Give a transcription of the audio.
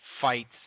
fights